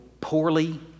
poorly